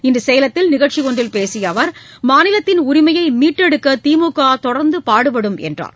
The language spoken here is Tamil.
இன்று சேலத்தில் நிகழ்ச்சி ஒன்றில் பேசிய அவர் மாநிலத்தின் உரிமையை மீட்டெடுக்க திமுக தொடர்ந்து பாடுபடும் என்றார்